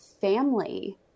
family